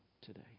today